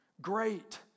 great